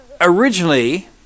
originally